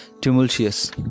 tumultuous